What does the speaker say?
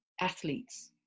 athletes